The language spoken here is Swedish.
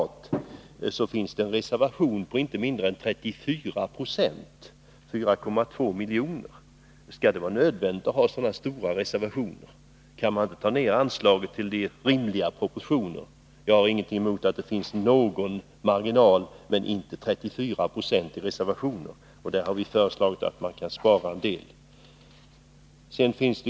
Vi tycker att det är anmärkningsvärt att det finns en reservation på inte mindre än 34 90, 4,2 milj.kr. Skall det vara nödvändigt att ha så stora reservationer? Kan man inte ta ner anslaget till rimliga proportioner? Jag har ingenting emot att det finns någon marginal men inte 34 96 i reservationer, och där har vi ansett att man kan spara en del.